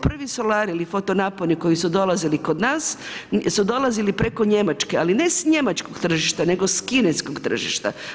Prvi solariji ili fotonaponi koji su dolazi do nas su dolazili preko Njemačke, ali ne s njemačkog tržišta, nego s kineskog tržišta.